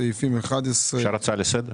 סעיפים 11. אפשר הצעה לסדר?